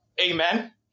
Amen